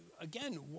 again